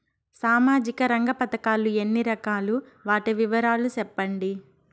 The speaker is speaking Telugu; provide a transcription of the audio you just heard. సామాజిక రంగ పథకాలు ఎన్ని రకాలు? వాటి వివరాలు సెప్పండి